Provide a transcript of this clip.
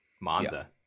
Monza